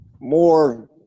more